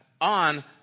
on